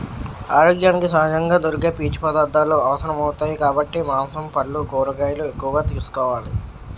ఆరోగ్యానికి సహజంగా దొరికే పీచు పదార్థాలు అవసరమౌతాయి కాబట్టి మాంసం, పల్లు, కూరగాయలు ఎక్కువగా తీసుకోవాలి